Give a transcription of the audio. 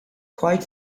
quite